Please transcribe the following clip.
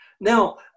Now